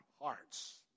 hearts